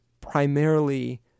primarily